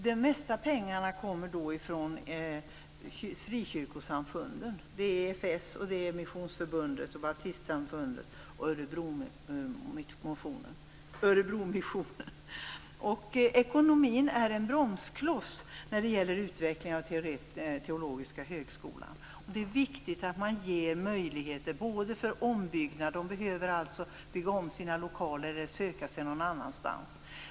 Det mesta av pengarna kommer från frikyrkosamfunden, från EFS, Missionsförbundet, Baptistsamfundet och Örebromissionen. Ekonomin är en bromskloss när det gäller utvecklingen av Teologiska högskolan. Det är viktigt att man ger möjligheter för exempelvis ombyggnad. De behöver bygga om sina lokaler eller söka sig någon annanstans.